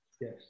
Yes